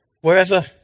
wherever